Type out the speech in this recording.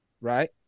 Right